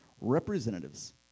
representatives